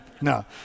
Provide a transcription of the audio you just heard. No